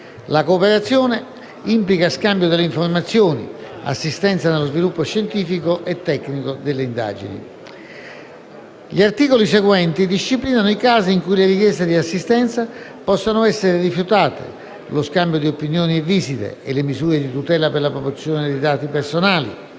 La cooperazione implica lo scambio delle informazioni e l'assistenza nello sviluppo scientifico e tecnico delle indagini. Gli articoli seguenti disciplinano i casi in cui le richieste di assistenza possano essere rifiutate, lo scambio di riunioni e visite e le misure di tutela per la protezione dei dati personali.